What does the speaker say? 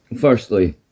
Firstly